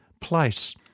place